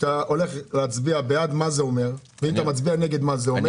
כשאתה הולך להצביע בעד מה זה אומר וכשאתה מצביע נגד מה זה אומר.